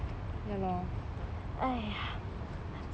ya lor